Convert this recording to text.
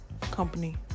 company